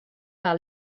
par